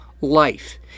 life